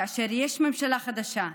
כאשר יש ממשלה חדשה,